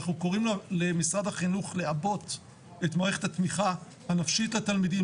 אנחנו קוראים למשרד החינוך לעבות את מערכת התמיכה הנפשית לתלמידים,